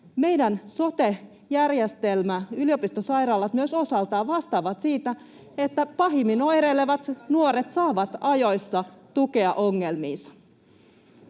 Meidän sote-järjestelmä, yliopistosairaalat myös osaltaan, vastaa siitä, että pahimmin oireilevat nuoret saavat ajoissa tukea ongelmiinsa.